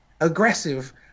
aggressive